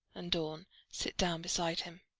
and dorn sit down beside him.